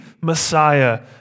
Messiah